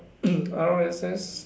RSS